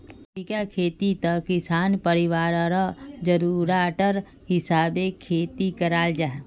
जीविका खेतित किसान परिवारर ज़रूराटर हिसाबे खेती कराल जाहा